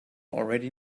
already